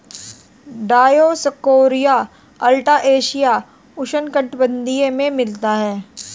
Dioscorea alata एशियाई उष्णकटिबंधीय में मिलता है